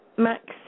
Max